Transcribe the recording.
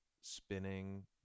spinning